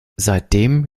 seitdem